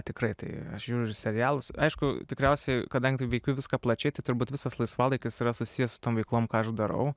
tikrai tai aš žiūriu ir serialus aišku tikriausiai kadangi taip veikiu viską plačiai tai turbūt visas laisvalaikis yra susijęs su tom veiklom ką aš darau